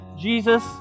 jesus